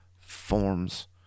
forms